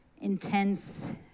intense